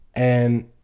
and